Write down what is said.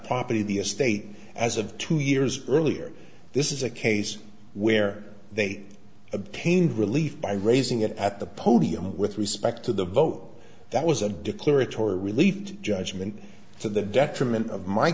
properly the estate as of two years earlier this is a case where they obtained relief by raising it at the podium with respect to the vote that was a declaratory relieved judgment to the detriment of my